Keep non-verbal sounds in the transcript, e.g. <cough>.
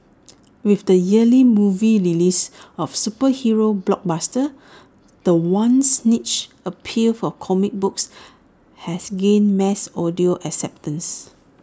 with the yearly movie releases of superhero blockbusters the once niche appeal for comic books has gained mass <unintelligible> acceptance